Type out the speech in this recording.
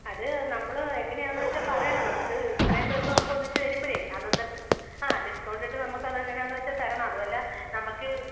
അത് നമ്മൾ എങ്ങനെയാന്ന് വെച്ചാൽ പറയണം നമുക്ക് ഇത്രേം പേർക്ക് നമുക്കൊന്നിച്ച് തരുമ്പോഴേ അതൊന്ന് ആ ഡിസ്കൗണ്ടിട്ട് നമുക്കതെങ്ങനാന്ന് വെച്ചാൽ തരണം അതുമല്ല നമുക്ക്